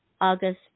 August